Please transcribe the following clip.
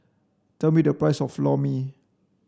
tell me the price of Lor Mee